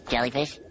Jellyfish